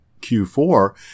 Q4